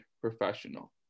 professional